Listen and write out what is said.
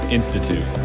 Institute